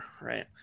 Right